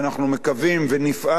ונפעל בכל דרך,